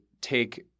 take